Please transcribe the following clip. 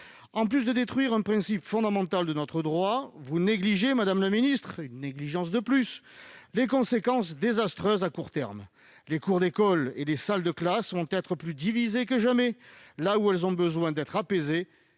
en plus de détruire un principe fondamental de notre droit, vous négligez- une négligence de plus ! -les conséquences désastreuses à court terme : les cours d'école et les salles de classe seront plus divisées que jamais, là où elles ont besoin d'être apaisées,